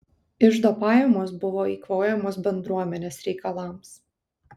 iždo pajamos buvo eikvojamos bendruomenės reikalams